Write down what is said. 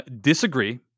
Disagree